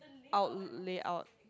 out layout